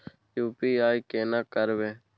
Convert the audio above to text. UPI केना करबे?